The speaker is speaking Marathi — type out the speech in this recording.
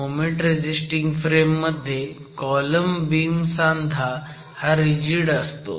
मोमेंट रेझिस्टिंग फ्रेम मध्ये कॉलम बीम सांधा हा रिजिड असतो